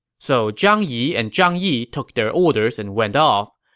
so zhang yi and zhang yi took their orders and went off.